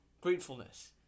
gratefulness